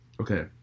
Okay